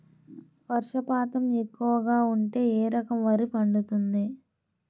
వర్షపాతం ఎక్కువగా ఉంటే ఏ రకం వరి పండుతుంది?